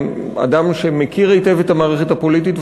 אדם שמכיר היטב את המערכת הפוליטית,